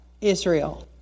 Israel